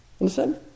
Understand